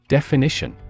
Definition